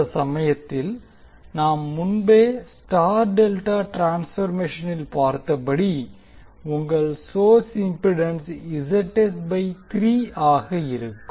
அந்த சமயத்தில் நாம் முன்பே ஸ்டார் டெல்டா டிரான்பர்மேஷனில் பார்த்தபடி உங்கள் சோர்ஸ் இம்பிடன்ஸ ஆக இருக்கும்